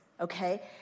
okay